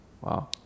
wow